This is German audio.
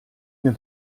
mir